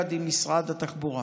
יחד עם משרד התחבורה.